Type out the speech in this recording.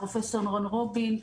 פרופ' רון רובין,